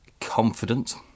confident